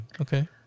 Okay